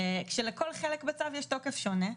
כשלכל חלק בצו יש תוקף שונה.